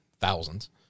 thousands